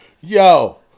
Yo